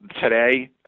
today